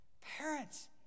Parents